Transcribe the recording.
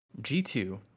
G2